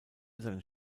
seines